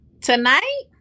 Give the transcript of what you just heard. Tonight